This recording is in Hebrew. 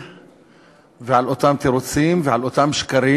ועל אותם תירוצים ועל אותם שקרים.